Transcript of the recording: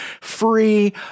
free